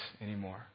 anymore